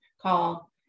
call